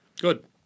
Good